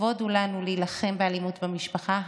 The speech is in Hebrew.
לכבוד הוא לנו להילחם באלימות במשפחה.